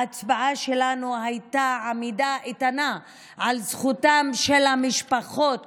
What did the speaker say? ההצבעה שלנו הייתה עמידה איתנה על זכותן של המשפחות